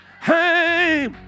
Hey